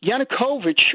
Yanukovych